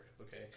Okay